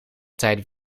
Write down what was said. tijd